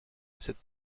cette